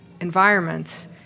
environments